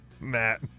Matt